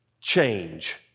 Change